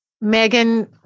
Megan